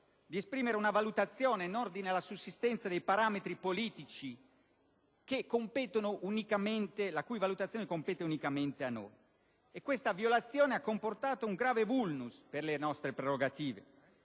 di esprimere una valutazione in ordine alla sussistenza dei parametri politici, la quale compete unicamente a noi. Questa violazione ha comportato un grave *vulnus* per le nostre prerogative